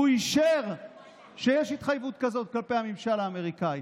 והוא אישר שיש התחייבת כזאת כלפי הממשל האמריקאי.